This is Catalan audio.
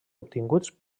obtinguts